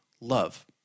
love